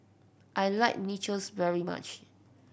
I like Nachos very much